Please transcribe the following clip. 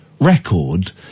record